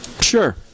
Sure